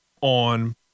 On